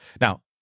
Now